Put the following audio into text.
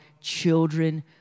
children